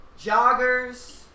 joggers